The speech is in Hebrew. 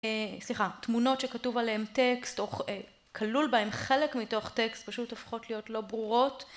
סליחה תמונות שכתובה עליהן טקסט או כלול בהן חלק מתוך טקסט פשוט הופכות להיות לא ברורות.